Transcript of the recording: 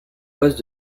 poste